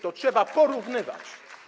To trzeba porównywać.